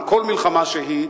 על כל מלחמה שהיא,